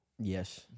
Yes